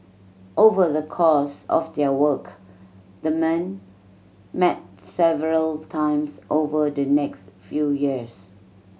over the course of their work the men met several times over the next few years